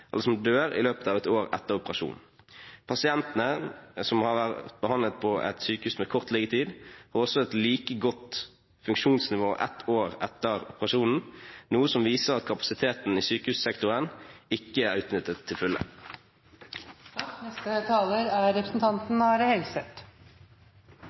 som dør i løpet av et år etter operasjonen. Pasientene som har vært behandlet på et sykehus med kort liggetid, har også et like godt funksjonsnivå et år etter operasjonen, noe som viser at kapasiteten i sykehussektoren ikke er utnyttet til